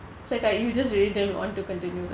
so it's like you just really don't want to continue there